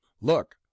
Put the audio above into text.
Look